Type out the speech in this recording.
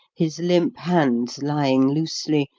his limp hands lying loosely,